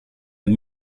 and